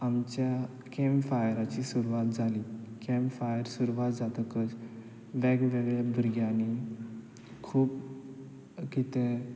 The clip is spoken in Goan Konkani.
आमच्या कॅम्प फायराची सुरवात जाली कॅम्प फायर सुरवात जातकच वेग वेगळे भुरग्यांनी खूब कितें